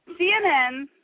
CNN